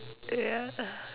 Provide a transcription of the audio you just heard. ya